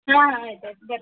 ಹಾಂ ಆಯ್ತಾಯ್ತು ಬರ್ರೀ